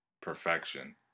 perfection